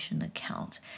account